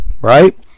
right